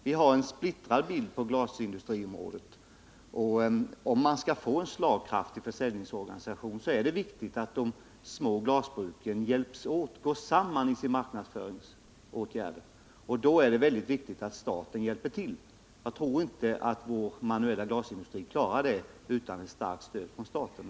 Bilden är splittrad när det gäller glasindustriområdet, och för att en slagkraftig försäljningsorganisation skall kunna åstadkommas måste de små glasbruken hjälpas åt och gå samman i sina marknadsföringsåtgärder, och då är det viktigt att staten hjälper till. Jag tror inte att vår manuella glasindustri klarar detta utan ett starkt stöd från staten.